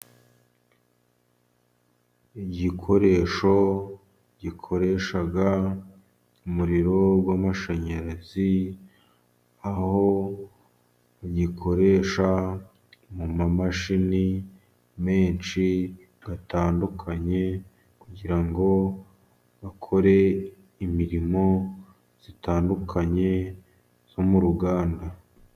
Igikoresho gikoresha umuriro w'amashanyarazi, aho ugikoresha mu mamashini menshi atandukanye, kugira ngo bakore imirimo itandukanye yo mu ruganda.